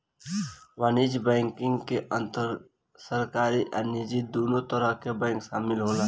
वाणिज्यक बैंकिंग के अंदर सरकारी आ निजी दुनो तरह के बैंक शामिल होला